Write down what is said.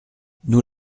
nous